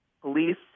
police